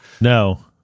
No